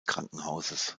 krankenhauses